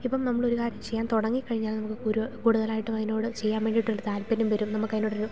ഇപ്പം നമ്മൾ ഒരു കാര്യം ചെയ്യാൻ തുടങ്ങി കഴിഞ്ഞാൽ നമുക്ക് ഒരു കൂടുതലായിട്ടും അതിനോട് ചെയ്യാൻ വേണ്ടിയിട്ട് ഒരു താല്പര്യം വരും നമുക്ക് അതിനോട് ഒരു